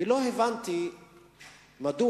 ולא הבנתי מדוע